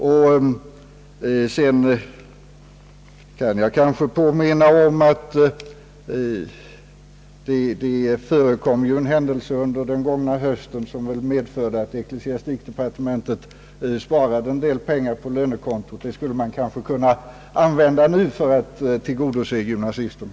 Jag kan kanske också få påminna om att det förekom händelser under den gångna hösten, som medförde att ecklesiastikdepartementet sparade en del pengar på lönekontot. Dem skulle man kanske kunna använda nu för att tillgodose gymnasisterna?